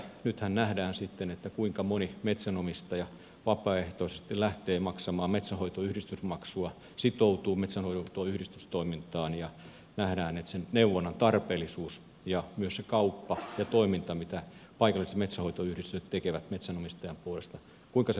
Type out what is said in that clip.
nythän nähdään sitten kuinka moni metsänomistaja vapaaehtoisesti lähtee maksamaan metsänhoitoyhdistysmaksua sitoutuu metsänhoitoyhdistystoimintaan ja nähdään kuinka se tarpeellinen neuvonta ja myös se kauppa ja toiminta mitä paikalliset metsänhoitoyhdistykset tekevät metsänomistajan puolesta lähtevät toimimaan